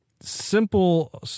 simple